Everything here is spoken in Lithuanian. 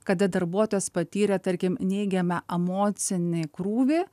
kada darbuotojas patyrė tarkim neigiamą emocinį krūvį